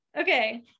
okay